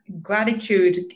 Gratitude